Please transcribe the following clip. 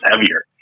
heavier